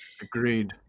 Agreed